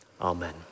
Amen